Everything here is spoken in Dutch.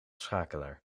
schakelaar